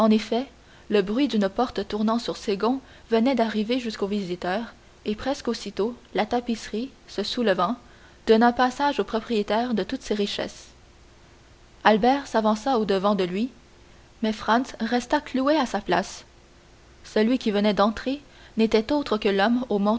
le bruit d'une porte tournant sur ses gonds venait d'arriver jusqu'aux visiteurs et presque aussitôt la tapisserie se soulevant donna passage au propriétaire de toutes ces richesses albert s'avança au-devant de lui mais franz resta cloué à sa place celui qui venait d'entrer n'était autre que l'homme